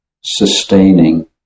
sustaining